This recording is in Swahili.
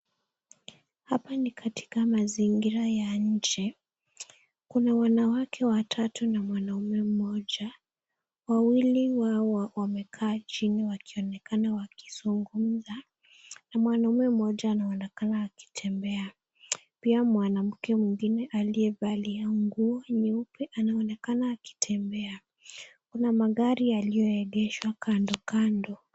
Hapa ni katika mazingira ya nje, Kuna wanawake watatu na mwanaume mmoja. Wawili wao wamekaa wamekaa chini wakionekana wakizungumza na mwanaume mmoja anaonekana akitembea. Pia mwanamke mwingine aliyevalia nguo nyeupe anaonekana akitembea. Kuna magari yaliyoegeshwa kando kando.